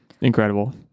incredible